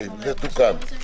זה תוקן.